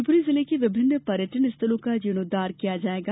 शिवपुरी जिले के विभिन्न पर्यटन स्थलों का जीर्णोद्वार किया जायेगा